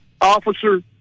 officer